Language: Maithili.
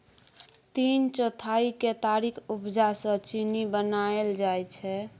तीन चौथाई केतारीक उपजा सँ चीन्नी बनाएल जाइ छै